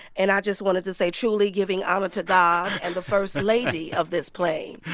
and i just wanted to say, truly giving honor to god and the first lady of this plane.